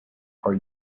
are